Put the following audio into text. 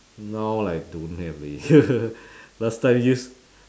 now like don't have leh last time used